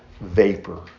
vapor